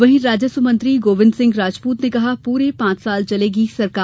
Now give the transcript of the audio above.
वहीं राजस्व मंत्री गोविंद सिंह राजपूत ने कहा पूरे पांच साल चलेगी सरकार